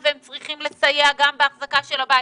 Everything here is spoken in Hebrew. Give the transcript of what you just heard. והם צריכים לסייע גם באחזקת הבית.